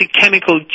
chemical